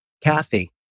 Kathy